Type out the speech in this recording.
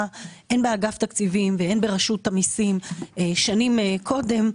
הן באגף תקציבים והן ברשות המיסים שנים קודם,